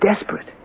desperate